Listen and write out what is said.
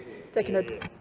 seconded.